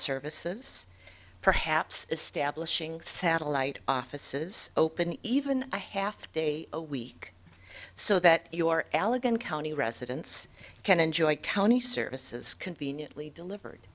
services perhaps establishing satellite offices open even a half day a week so that your allegan county residents can enjoy county services conveniently delivered